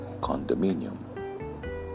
condominium